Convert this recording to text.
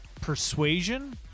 persuasion